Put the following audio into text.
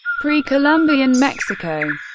pre-columbian mexico